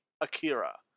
Akira